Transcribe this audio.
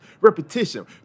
repetition